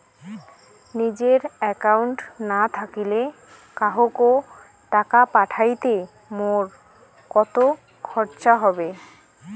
নিজের একাউন্ট না থাকিলে কাহকো টাকা পাঠাইতে মোর কতো খরচা হবে?